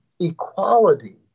equality